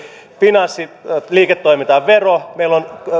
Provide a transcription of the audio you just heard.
finanssiliiketoimintaan vero meillä ovat